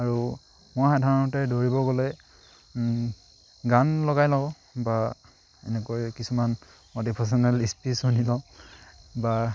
আৰু মই সাধাৰণতে দৌৰিব গ'লে গান লগাই লওঁ বা এনেকৈ কিছুমান মটিভেশ্যনেল স্পিচ শুধি লওঁ বা